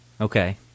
Okay